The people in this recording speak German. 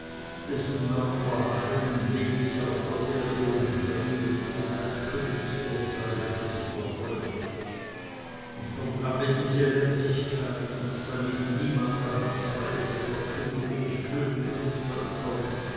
dessen mörder heil und ledig auf der erde umhergehen ohne ein königsurteil welches sie verfolge ich verdamme diese lässigkeit und damit niemand daran zweifle verkündige ich königen und völkern